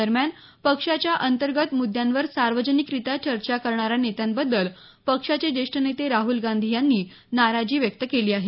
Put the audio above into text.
दरम्यान पक्षाच्या अंतर्गत मृद्यांवर सार्वजनिकरित्या चर्चा करणाऱ्या नेत्यांबद्दल पक्षाचे ज्येष्ठ नेते राहुल गांधी यांनी नाराजी व्यक्त केली आहे